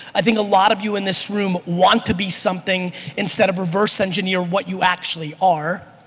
i think a lot of you in this room want to be something instead of reverse engineer what you actually are.